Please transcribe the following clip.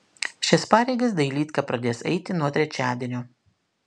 šias pareigas dailydka pradės eiti nuo trečiadienio